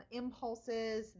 impulses